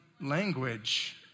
language